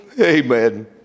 Amen